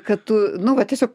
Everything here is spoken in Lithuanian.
kad tu nu va tiesiog